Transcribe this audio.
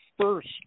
first